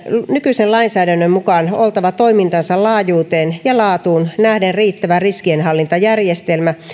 nykyisen lainsäädännön mukaan oltava toimintansa laajuuteen ja laatuun nähden riittävä riskienhallintajärjestelmä